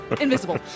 invisible